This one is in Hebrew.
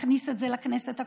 שתכניס את זה לכנסת הקודמת,